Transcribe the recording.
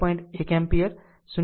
1 ampere 0